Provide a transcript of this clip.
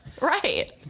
Right